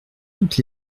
toutes